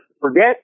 forget